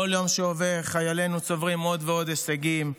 כל יום שעובר חיילינו צוברים עוד ועוד הישגים,